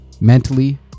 mentally